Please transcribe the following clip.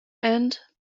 and